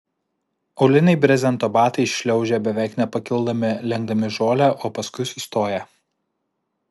auliniai brezento batai šliaužia beveik nepakildami lenkdami žolę o paskui sustoja